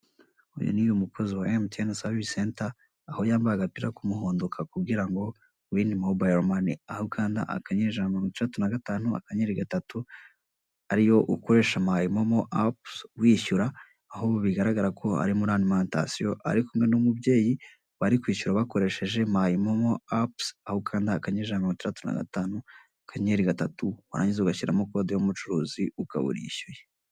Uyu ni umukozi wa MTN savisi senta, aho yambaye agapira k'umuhondo kakubwira ngo wini mobayiro mani. Aha ukanda akanyenyeri ijana na mirongo itandatu na gatanu akanyenyeri gatatu, ari yo ukoresha mayi momo apusi wishyura, aho bigaragara ko ari muri arimantasiyo ari kumwe n'umubyeyi, bari kwishyura bakoresheje mayi momo apusi, aho ukanda akanyenyeri ijana na mirongo itandatu na gatanu akanyenyeri gatatu, warangiza ugashyiramo kode y'umucuruzi ukaba urishyuye.